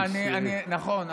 נכון,